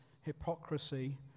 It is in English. hypocrisy